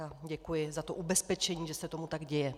A děkuji za to ubezpečení, že se tomu tak děje.